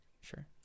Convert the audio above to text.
sure